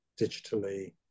digitally